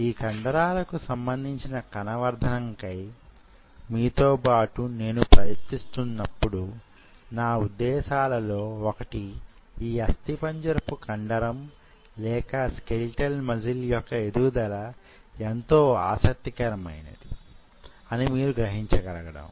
ఈ కండరాలకు సంబంధించిన కణ వర్ధనకై మీతోబాటు నేనూ ప్రయత్నిస్తున్నప్పుడు నా ఉద్దేశాలలో వొకటి యి అస్థిపంజరంపు కండరం లేక స్కెలిటల్ మజిల్ యొక్క ఎదుగుదల యెంతో ఆసక్తికరమైనది అని మీరు గ్రహించగలగడం